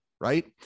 right